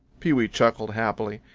pewee chuckled happily.